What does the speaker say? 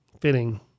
Fitting